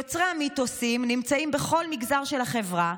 יוצרי המיתוסים נמצאים בכל מגזר של החברה,